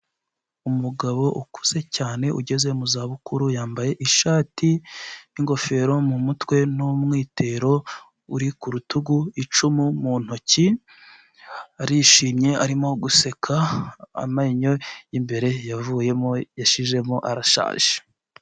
Umugabo ukuze cyane ugeze mu za bukuru, yambaye ishati n'ingofero mu mutwe n'umwitero uri ku rutugu, icumu mu ntoki, arishimye arimo guseka, amenyo y'imbere yavuyemo yashizemo, arashaje.